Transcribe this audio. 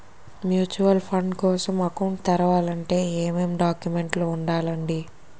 Mutual fund కోసం account తెరవాలంటే ఏమేం డాక్యుమెంట్లు ఉండాలండీ?